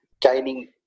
gaining